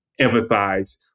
empathize